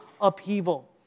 upheaval